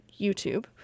YouTube